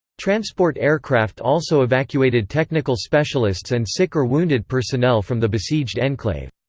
transport aircraft also evacuated technical specialists and sick or wounded personnel from the besieged enclave.